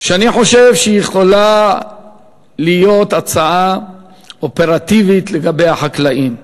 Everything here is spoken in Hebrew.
שאני חושב שהיא יכולה להיות הצעה אופרטיבית לגבי החקלאים: